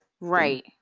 Right